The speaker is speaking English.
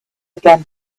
again